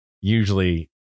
usually